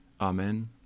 Amen